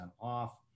off